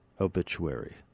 obituary